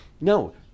no